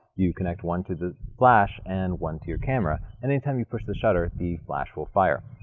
you connect one to the flash and one to your camera and any time you push the shutter the flash will fire.